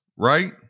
Right